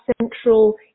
central